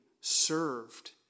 served